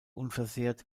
unversehrt